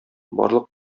барлык